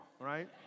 right